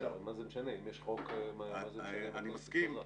אבל אם יש חוק, מה זה משנה.